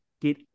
get